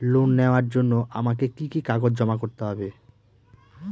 Loan নেওয়ার জন্য আমাকে কি কি কাগজ জমা করতে হবে?